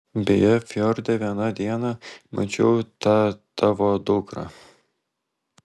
beje fjorde vieną dieną mačiau tą tavo dukrą